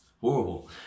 horrible